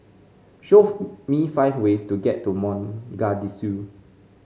show me five ways to get to Mogadishu